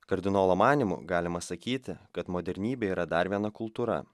kardinolo manymu galima sakyti kad modernybė yra dar viena kultūra